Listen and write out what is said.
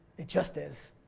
it just is.